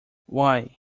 why